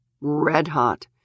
red-hot